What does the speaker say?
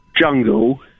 Jungle